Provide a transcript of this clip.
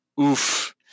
oof